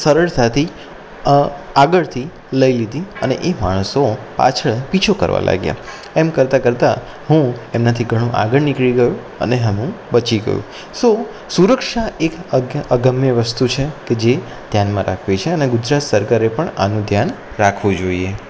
સરળતાથી આગળથી લઈ લીધી અને એ માણસો પાછળ પીછો કરવા લાગ્યા એમ કરતાં કરતાં હું એમનાથી ઘણો આગળ નીકળી ગયો અને હું બચી ગયો સો સુરક્ષા એક જ અગમ્ય વસ્તુ છે કેજે ધ્યાનમાં રાખવી છે અને ગુજરાત સરકારે પણ આનું ધ્યાન રાખવું જોઈએ